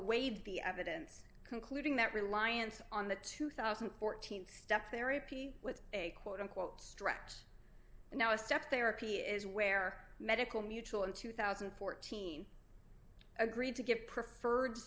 weighed the evidence concluding that reliance on the two thousand and fourteen step there e p with a quote unquote stretch now a step therapy is where medical mutual in two thousand and fourteen agreed to get preferred